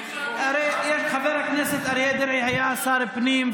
הרי חבר הכנסת אריה דרעי היה שר פנים,